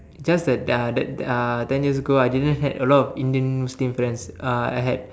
just that uh that uh ten years ago I didn't had a lot of Indian Muslim friends uh I had